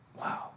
Wow